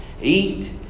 eat